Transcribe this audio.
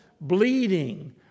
bleeding